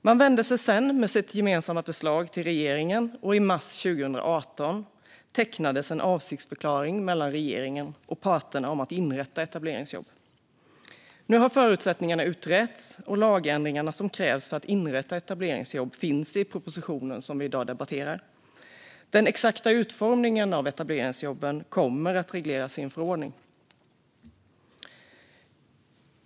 Man vände sig sedan med sitt gemensamma förslag till regeringen, och i mars 2018 tecknades en avsiktsförklaring mellan regeringen och parterna om att inrätta etableringsjobb. Nu har förutsättningarna utretts, och de lagändringar som krävs för att inrätta etableringsjobb finns i propositionen vi i dag debatterar. Den exakta utformningen av etableringsjobben kommer att regleras i en förordning.